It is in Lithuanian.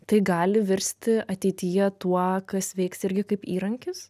tai gali virsti ateityje tuo kas veiks irgi kaip įrankis